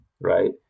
right